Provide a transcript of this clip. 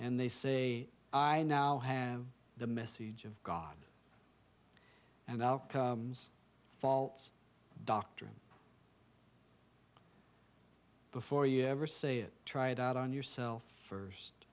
and they say i now have the message of god and out faults doctrine before you ever see it try it out on yourself first